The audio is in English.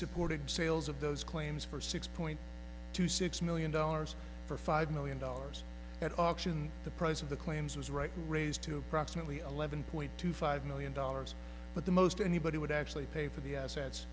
supported sales of those claims for six point two six million dollars for five million dollars at auction the price of the claims was right raised to approximately eleven point two five million dollars but the most anybody would actually pay for the assets